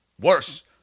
worse